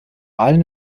allem